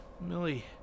Millie